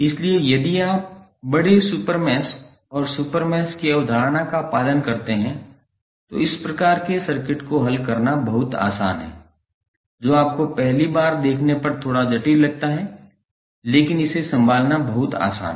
इसलिए यदि आप बड़े सुपर मैश और सुपर मैश की अवधारणा का पालन करते हैं तो इस प्रकार के सर्किट को हल करना बहुत आसान है जो आपको पहली बार देखने पर थोड़ा जटिल लगता है लेकिन इसे संभालना बहुत आसान है